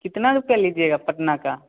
कितने रुपये लीजिएगा पटना का